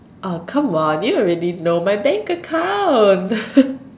oh come on you already know my bank account